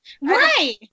Right